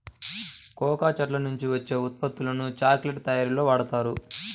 cocoa చెట్ల నుంచి వచ్చే ఉత్పత్తులను చాక్లెట్ల తయారీలో వాడుతారు